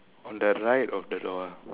on the right of the door ah